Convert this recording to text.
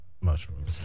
mushrooms